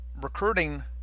recruiting